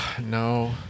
no